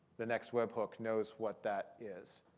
the next web hook knows what that is.